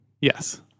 Yes